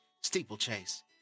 Steeplechase